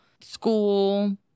school